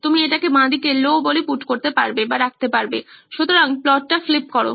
তুমি এটাকে বাঁদিকে লো 'low' বলে পুট করতে পারবে সুতরাং প্লটটা ফ্লিপ করো